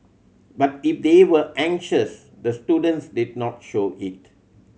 but if they were anxious the students did not show it